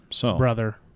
Brother